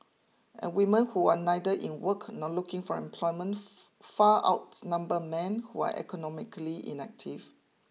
and women who are neither in work nor looking for employment far outnumber men who are economically inactive